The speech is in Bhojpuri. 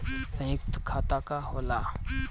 सयुक्त खाता का होला?